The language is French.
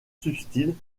subtiles